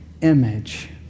image